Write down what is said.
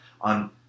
on